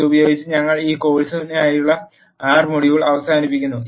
ഇതുപയോഗിച്ച് ഞങ്ങൾ ഈ കോഴ്സിനായുള്ള ആർ മൊഡ്യൂൾ അവസാനിപ്പിക്കുന്നു